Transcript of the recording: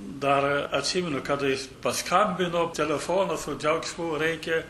dar atsimenu kada jis paskambino telefonu su džiaugsmu rėkia